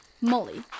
Molly